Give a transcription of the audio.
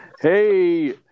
Hey